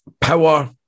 Power